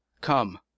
Come